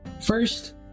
First